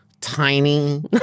tiny